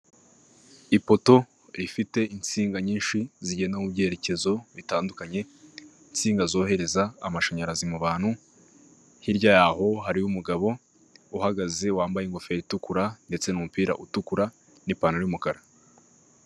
Ipoto rifite insinga nyinshi zigenda mu byerekezo bitandukanye insinga zohereza amashanyarazi mu bantu, hirya yaho hariho umugabo uhagaze wambaye ingofero itukura ndetse n'umupira utukura n'ipantaro y'umukara.